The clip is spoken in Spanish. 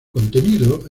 contenido